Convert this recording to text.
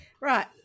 Right